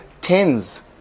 tens